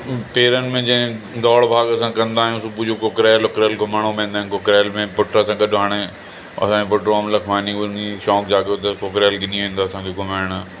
पेरनि में जंहिं दौड़भाग असां कंदा आहियूं सुबुह जो कुकरेल वुकरेल घुमण वेंदा आहिनि कुकरेल में पुट सां गॾु हाणे असांजो पुट ओम लखमानी उनी शौक़ु जाॻियो अथसि कुकरेल गिनी वेंदो आहे असांखे घुमाइण